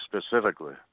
specifically